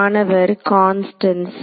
மாணவர் கான்ஸ்டன்ட்ஸ்